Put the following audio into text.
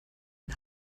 den